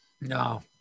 No